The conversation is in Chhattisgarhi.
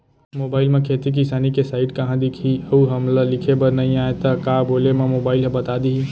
मोबाइल म खेती किसानी के साइट कहाँ दिखही अऊ हमला लिखेबर नई आय त का बोले म मोबाइल ह बता दिही?